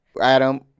Adam